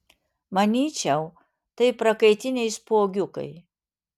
manyčiau tai prakaitiniai spuogiukai